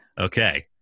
okay